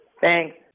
Thanks